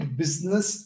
business